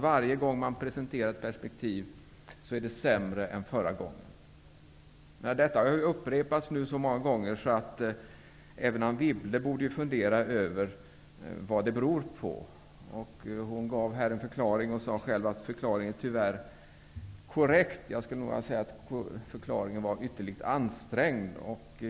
Varje gång man presenterar ett perspektiv är det sämre än förra gången. Detta har nu upprepats så många gånger att även Anne Wibble borde fundera över vad det beror på. Hon gav en förklaring här och sade själv att förklaringen tyvärr är korrekt. Jag skulle nog vilja säga att förklaringen var ytterligt ansträngd.